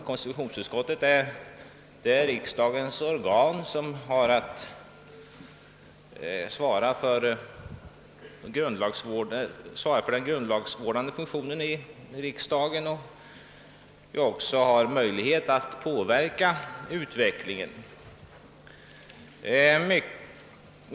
Konstitutionsutskottet är dock det riksdagens organ som har den grundlagsvårdande funktionen och som har möjlighet att påverka utvecklingen därvidlag.